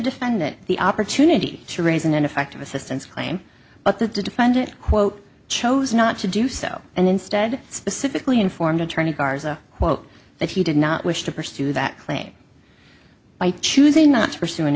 defendant the opportunity to raise an ineffective assistance claim but the defendant quote chose not to do so and instead specifically informed attorney garza quote that he did not wish to pursue that claim by choosing not to pursu